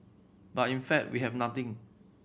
but in fact we have nothing